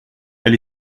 elle